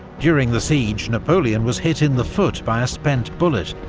during the siege, napoleon was hit in the foot by spent bullet,